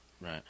Right